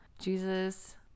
Jesus